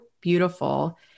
beautiful